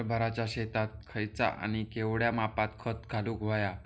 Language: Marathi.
हरभराच्या शेतात खयचा आणि केवढया मापात खत घालुक व्हया?